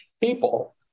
people